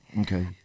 Okay